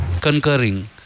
concurring